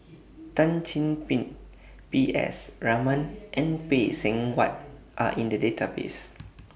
Tan Chin Bin P S Raman and Phay Seng Whatt Are in The Database